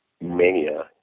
mania